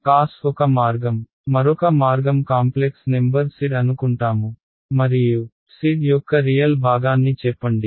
cos ఒక మార్గం మరొక మార్గం కాంప్లెక్స్ నెంబర్ z అనుకుంటాము మరియు z యొక్క రియల్ భాగాన్ని చెప్పండి